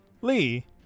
Lee